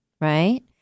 right